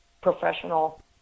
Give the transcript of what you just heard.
professional